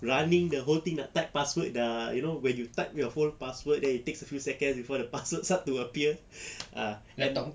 running the whole thing nak type password dah you know when you type your full password then it takes a few second before the password starts to appear ah then